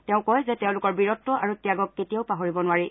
তেওঁ কয় যে তেওঁলোকৰ বীৰত্ব আৰু ত্যাগক কেতিয়াও পাহৰিব নোৱাৰি